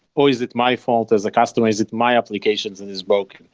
or is it my fault as a customer? is it my applications in this book?